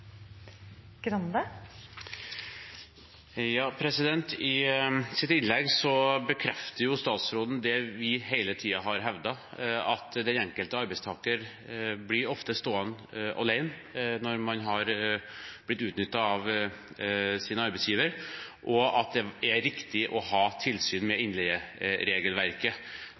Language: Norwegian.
I sitt innlegg bekrefter statsråden det vi hele tiden har hevdet, at den enkelte arbeidstaker ofte blir stående alene når man har blitt utnyttet av sin arbeidsgiver, og at det er riktig å ha tilsyn med